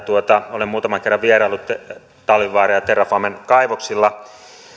olen muutaman kerran vieraillut talvivaaran ja terrafamen kaivoksilla